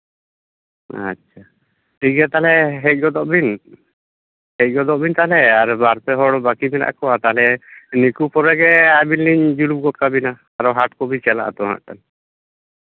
ᱟᱪᱪᱷᱟ ᱴᱷᱤᱠ ᱜᱮᱭᱟ ᱛᱟᱦᱞᱮ ᱦᱮᱡ ᱜᱚᱫᱚᱜ ᱵᱤᱱ ᱦᱮᱡ ᱜᱚᱫᱚᱜ ᱵᱤᱱ ᱛᱟᱦᱞᱮ ᱟᱨ ᱵᱟᱨ ᱯᱮ ᱦᱚᱲ ᱵᱟᱹᱠᱤ ᱢᱮᱱᱟᱜ ᱠᱚᱣᱟ ᱛᱟᱦᱞᱮ ᱩᱱᱠᱩ ᱯᱚᱨᱮᱜᱮ ᱟᱹᱵᱤᱱ ᱞᱤᱧ ᱡᱩᱞᱩᱯ ᱜᱚᱫ ᱠᱟᱵᱮᱱᱟ ᱟᱨ ᱦᱟᱴ ᱠᱚᱵᱤᱱ ᱪᱟᱞᱟᱜ ᱟᱛᱚ ᱦᱟᱜ ᱠᱷᱟᱱ